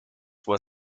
were